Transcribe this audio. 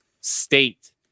state